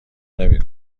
نمی